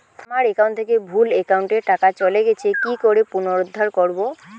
আমার একাউন্ট থেকে ভুল একাউন্টে টাকা চলে গেছে কি করে পুনরুদ্ধার করবো?